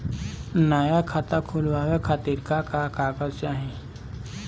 नया खाता खुलवाए खातिर का का कागज चाहीं?